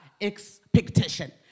expectation